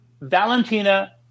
Valentina